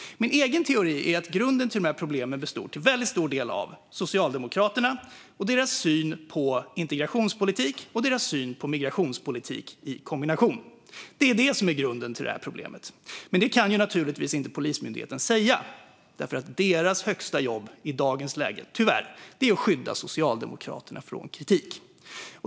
Min egen teori är att grunden för de här problemen till väldigt stor del består av Socialdemokraterna och deras syn på integrationspolitik och migrationspolitik i kombination. Det är grunden för det här problemet. Men det kan Polismyndigheten naturligtvis inte säga, eftersom deras viktigaste jobb i dagens läge tyvärr är att skydda Socialdemokraterna från kritik.